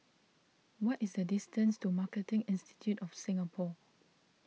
what is the distance to Marketing Institute of Singapore